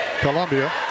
Columbia